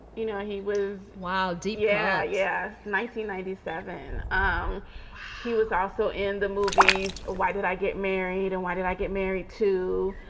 you know, he was wild. deep. yeah. yeah. nineteen ninety seven um he was also in the movies. why did i get married and why did i get married to.